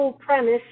premise